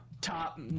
top